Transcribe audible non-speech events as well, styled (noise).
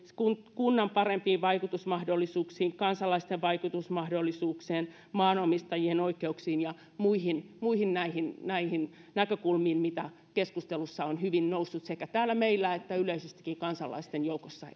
kunnan parempiin vaikutusmahdollisuuksiin kansalaisten vaikutusmahdollisuuksiin maanomistajien oikeuksiin ja näihin näihin muihin näkökulmiin liittyen mitä keskustelussa on hyvin noussut esille sekä täällä meillä että yleisestikin kansalaisten joukossa (unintelligible)